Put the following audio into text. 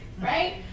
right